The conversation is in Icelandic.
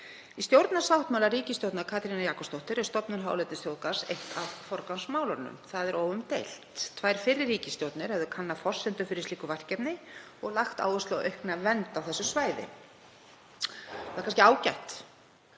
Í stjórnarsáttmála ríkisstjórnar Katrínar Jakobsdóttur er stofnun hálendisþjóðgarðs eitt af forgangsmálunum. Það er óumdeilt. Tvær fyrri ríkisstjórnir höfðu kannað forsendur fyrir slíku verkefni og lagt áherslu á aukna vernd á þessu svæði. Það er kannski ágætt